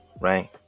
Right